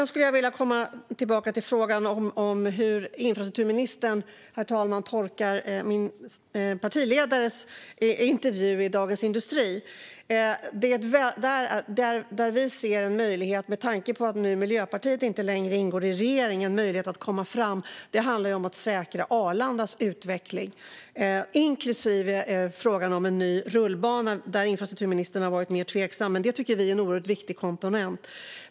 Jag skulle vilja komma tillbaka till frågan om hur infrastrukturministern tolkade intervjun med min partiledare i Dagens industri. Att vi, med tanke på att Miljöpartiet inte längre ingår i regeringen, ser en möjlighet att komma fram handlar om att säkra Arlandas utveckling, inklusive frågan om en ny rullbana. Där har infrastrukturministern varit mer tveksam, men vi tycker att detta är en oerhört viktig komponent.